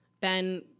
Ben